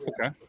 Okay